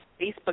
Facebook